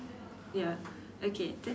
ya okay then